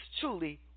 truly